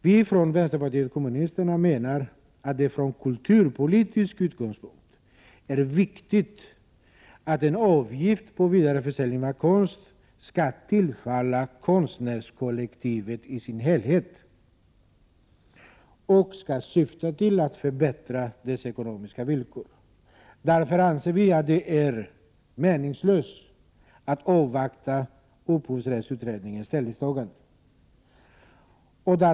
Vi från vänsterpartiet kommunisterna menar att det från kulturpolitisk utgångspunkt är viktigt att en avgift på vidareförsäljning av konst skall tillfalla konstnärskollektivet i dess helhet och skall syfta till att förbättra dess ekonomiska villkor. Därför anser vi att det är meningslöst att avvakta upphovsrättsutredningens ställningstagande.